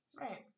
Right